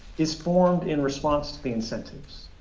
is formed in response to the incentives